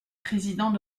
président